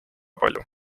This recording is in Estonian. palju